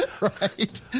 right